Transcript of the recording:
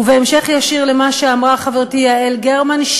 בהמשך ישיר למה שאמרה חברתי יעל גרמן,